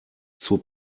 zur